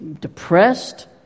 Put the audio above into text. depressed